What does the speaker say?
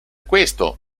questo